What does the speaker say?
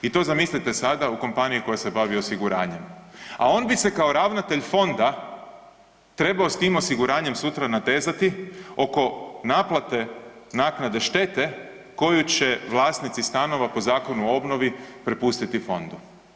I to zamislite sada u kompaniji koja se bavi osiguranjem, a on bi se kao ravnatelj fonda trebao s tim osiguranjem sutra natezati oko naplate naknade štete koju će vlasnici stanova po Zakonu o obnovi prepustiti fondu.